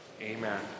Amen